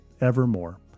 evermore